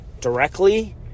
directly